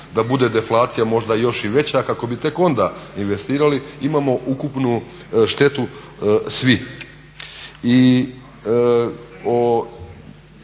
da bude deflacija možda još i veća kako bi tek onda investirali. Imamo ukupnu štetu svi. I o